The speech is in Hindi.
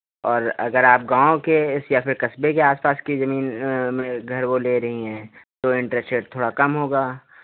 और अगर आप गाँव के या फिर कस्बे के आस पास की ज़मीन घर वो ले रही हैं तो इन्टरेस्ट रेट थोड़ा कम होगा